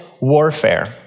warfare